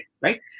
right